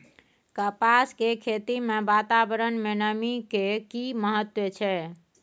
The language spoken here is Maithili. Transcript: कपास के खेती मे वातावरण में नमी के की महत्व छै?